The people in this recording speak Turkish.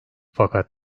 fakat